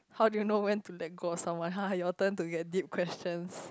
how do you know when to that ghost someone haha your turn to get deep questions